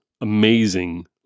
amazing